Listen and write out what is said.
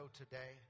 today